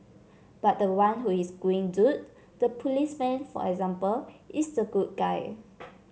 but the one who is doing good the policeman for example is the good guy